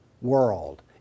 world